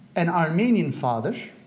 an armenian father,